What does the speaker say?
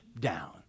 down